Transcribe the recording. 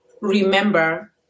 remember